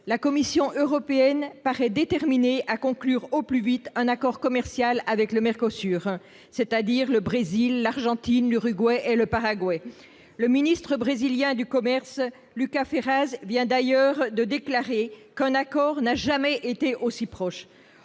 La Commission européenne paraît déterminée à conclure au plus vite un accord commercial avec le Mercosur, c'est-à-dire avec le Brésil, l'Argentine, l'Uruguay et le Paraguay. Le ministre brésilien du commerce, Lucas Ferraz, vient d'ailleurs de déclarer que la conclusion d'un accord « n'a jamais été aussi proche